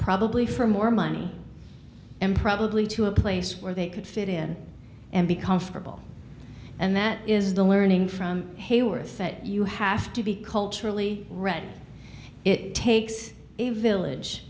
probably for more money and probably to a place where they could fit in and be comfortable and that is the learning from hayworth that you have to be culturally ready it takes a village